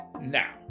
Now